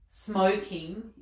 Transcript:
smoking